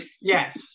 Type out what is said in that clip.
Yes